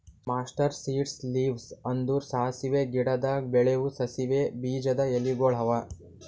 mustard seeds leaves ಅಂದುರ್ ಸಾಸಿವೆ ಗಿಡದಾಗ್ ಬೆಳೆವು ಸಾಸಿವೆ ಬೀಜದ ಎಲಿಗೊಳ್ ಅವಾ